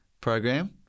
program